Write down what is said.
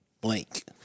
Blank